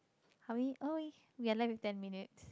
how many oh we're left with ten minutes